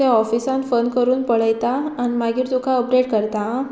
तें ऑफिसान फोन करून पळयता आनी मागीर तुका अपडेट करता आं